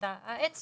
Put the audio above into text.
"עת סבירה"